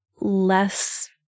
less